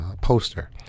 poster